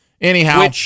Anyhow